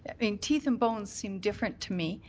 i mean teeth and bones seem different to me,